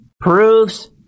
proves